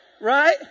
right